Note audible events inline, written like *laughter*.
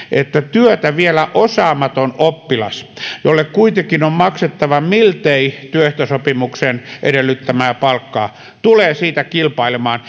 työtä vielä osaamaton oppilas jolle kuitenkin on maksettava miltei työehtosopimuksen edellyttämää palkkaa tulee siitä kilpailemaan *unintelligible*